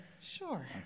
sure